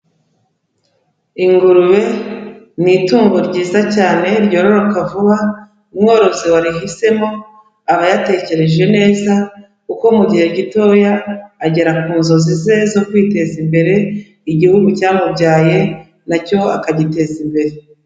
Ingurube ni itungo ryiza cyane ryororoka vuba, umworozi warihisemo aba yatekereje neza kuko mu gihe gitoya agera ku nzozi ze zo kwiteza imbere, igihugu cyamubyaye na cyo akagiteza imbere.